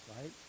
Right